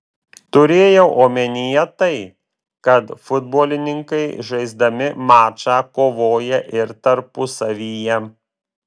turėjau omenyje tai kad futbolininkai žaisdami mačą kovoja ir tarpusavyje